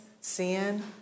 sin